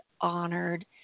honored